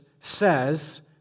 says